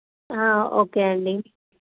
okay అండి